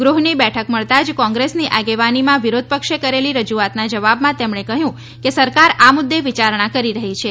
ગૃહની બેઠક મળતાં જ કોંગ્રેસની આગેવાનીમાં વિરોધપક્ષે કરેલી રજુઆતના જવાબમાં તેમણે કહ્યું કે સરકાર આ મુદ્દે વિચારણા કરી રહી છે